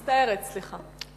אני מצטערת, סליחה.